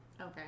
Okay